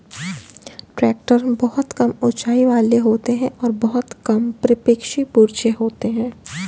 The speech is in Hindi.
ट्रेक्टर बहुत कम ऊँचाई वाले होते हैं और बहुत कम प्रक्षेपी पुर्जे होते हैं